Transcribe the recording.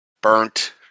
burnt